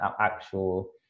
actual